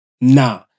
nah